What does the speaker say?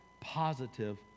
positive